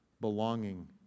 belonging